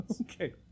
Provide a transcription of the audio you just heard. Okay